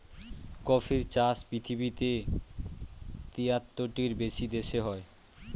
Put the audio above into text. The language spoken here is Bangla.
কফির চাষ পৃথিবীতে তিয়াত্তরটিরও বেশি দেশে হয়